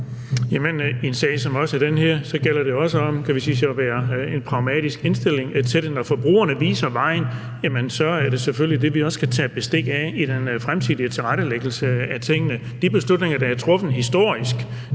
i en sag som den her gælder det jo om at have en pragmatisk indstilling til det. Når forbrugerne viser vejen, er det selvfølgelig det, vi også skal tage bestik af i den fremtidige tilrettelæggelse af tingene. De beslutninger, der er truffet historisk